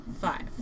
five